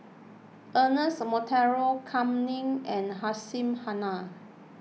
Ernest Monteiro Kam Ning and Hussein Haniff